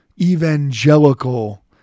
evangelical